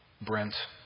Brent